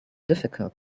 difficult